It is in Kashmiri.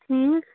ٹھیٖک